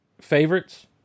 favorites